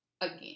again